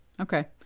Okay